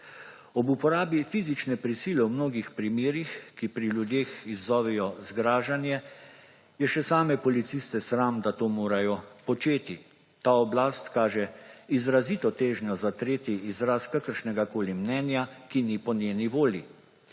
Ob uporabi fizične prisile v mnogih primerih, ki pri ljudeh izzovejo zgražanje, je še same policiste sram, da to morajo početi. Ta oblast kaže izrazito težnjo zatreti izraz kakršnegakoli mnenja, ki ni po njeni volji.